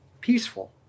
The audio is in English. peaceful